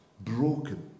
Broken